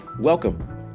Welcome